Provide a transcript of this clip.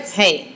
hey